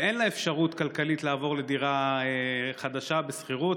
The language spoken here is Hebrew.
ואין לה אפשרות כלכלית לעבור לדירה חדשה בשכירות.